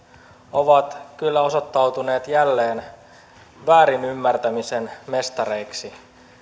ovat kyllä osoittautuneet jälleen väärinymmärtämisen mestareiksi